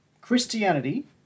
Christianity